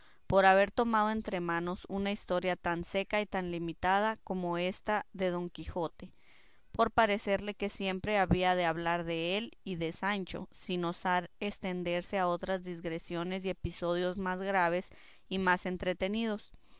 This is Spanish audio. por haber tomado entre manos una historia tan seca y tan limitada como esta de don quijote por parecerle que siempre había de hablar dél y de sancho sin osar estenderse a otras digresiones y episodios más graves y más entretenidos